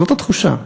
זאת התחושה.